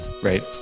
right